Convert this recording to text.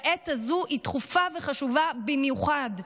בעת הזו היא דחופה וחשובה במיוחד.